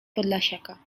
podlasiaka